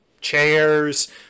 chairs